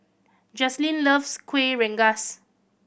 Jazlyn loves Kueh Rengas